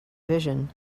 vision